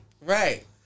right